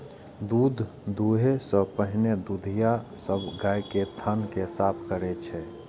दूध दुहै सं पहिने दुधिया सब गाय के थन कें साफ करै छै